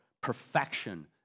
perfection